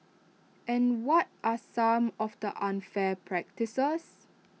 and what are some of the unfair practices